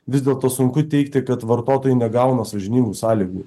vis dėlto sunku teigti kad vartotojai negauna sąžiningų sąlygų